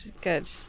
good